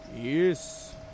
Yes